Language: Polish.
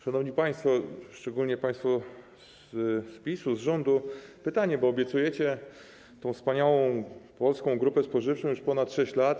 Szanowni państwo, szczególnie państwo z PiS-u, z rządu, mam pytanie, bo obiecujecie tę wspaniałą polską grupę spożywczą już od ponad 6 lat.